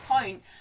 point